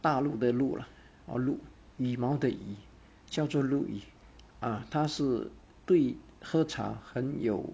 大陆的陆 lah hor 陆羽毛的羽叫做陆羽 uh 他是对喝茶很有